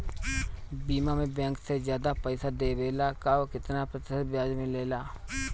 बीमा में बैंक से ज्यादा पइसा देवेला का कितना प्रतिशत ब्याज मिलेला?